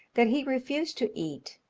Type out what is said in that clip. that he refused to eat,